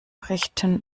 richten